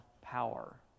power